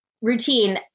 routine